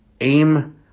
AIM